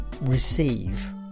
receive